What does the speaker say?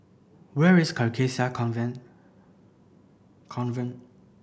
where is Carcasa Convent Convent